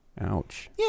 Ouch